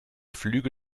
flüge